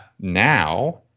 now